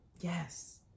yes